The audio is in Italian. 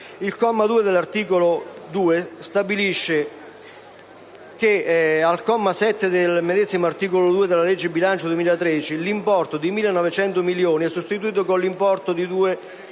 Il comma 2 dell'articolo 2 stabilisce che, al comma 7 dell'articolo 2 della legge di bilancio 2013, l'importo di 1.900 milioni è sostituito dall'importo di